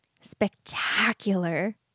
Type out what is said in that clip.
spectacular